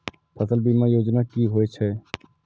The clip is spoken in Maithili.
फसल बीमा योजना कि होए छै?